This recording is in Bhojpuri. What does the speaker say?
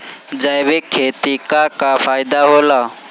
जैविक खेती क का फायदा होला?